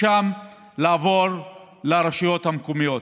משם לעבור לרשויות המקומיות,